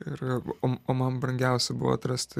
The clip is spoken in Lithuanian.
ir o o man brangiausia buvo atrasti